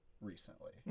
recently